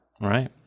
Right